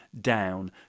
down